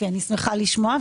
אני שמחה לשמוע.